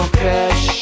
cash